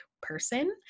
person